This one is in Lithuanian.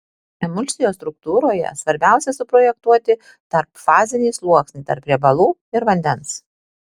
emulsijos struktūroje svarbiausia suprojektuoti tarpfazinį sluoksnį tarp riebalų ir vandens